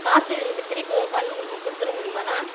காசு எனக்கு திருப்பி பண்ணுங்கள் கொடுத்துற முடியுமாண்ணா